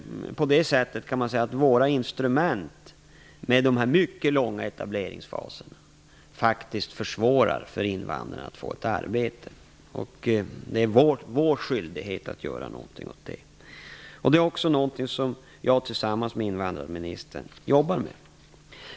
De mycket långa etableringsfaserna försvårar för invandrarna att få ett arbete. Det är vår skyldighet att göra någonting åt detta, vilket är någonting som jag tillsammans med invandrarministern arbetar med.